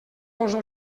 posa